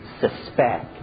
suspect